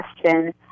question